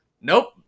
Nope